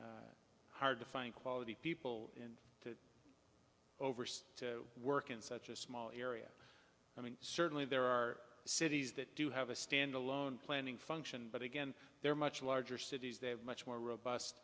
hard to find quality people in overseas to work in such a small area i mean certainly there are cities that do have a standalone planning function but again they're much larger cities they have much more robust